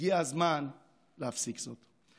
הגיע הזמן להפסיק זאת.